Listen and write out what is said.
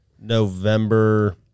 November